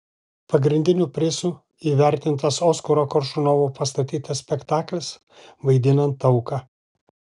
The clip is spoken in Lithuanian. pagrindiniu prizu įvertintas oskaro koršunovo pastatytas spektaklis vaidinant auką